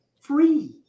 free